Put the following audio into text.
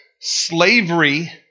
Slavery